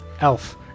Elf